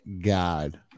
God